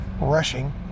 rushing